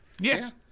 Yes